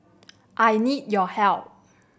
I need your help